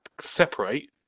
separate